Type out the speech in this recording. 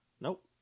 Nope